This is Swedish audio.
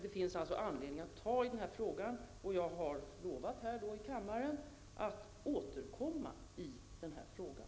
Det finns alltså anledning att ta itu med den här frågan. Jag har, här i kammaren, lovat att återkomma i den här frågan.